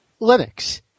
Linux